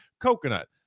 coconut